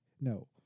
No